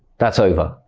that's over.